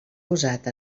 usat